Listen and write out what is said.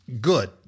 good